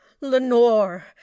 lenore